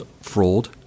fraud